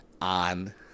on